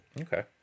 okay